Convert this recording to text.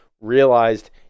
realized